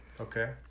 Okay